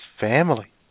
family